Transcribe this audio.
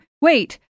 wait